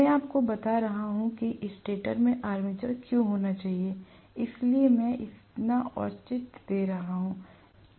मैं आपको बता रहा हूं कि स्टेटर में आर्मेचर क्यों होना चाहिएइसलिए मैं इतना औचित्य दे रहा हूं